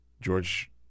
George